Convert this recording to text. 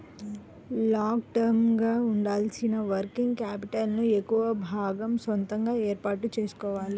long term గా ఉండాల్సిన working capital ను ఎక్కువ భాగం సొంతగా ఏర్పాటు చేసుకోవాలి